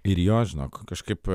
ir jo žinok kažkaip